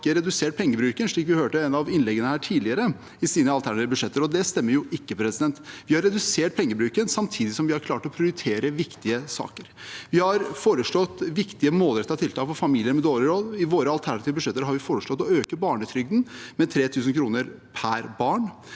alternative budsjetter, slik vi hørte i et av innleggene her tidligere, men det stemmer jo ikke. Vi har redusert pengebruken samtidig som vi har klart å prioritere viktige saker. Vi har foreslått viktige målrettede tiltak for familier med dårlig råd. I våre alternative budsjetter har vi foreslått å øke barnetrygden med 3 000 kr per barn,